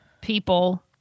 people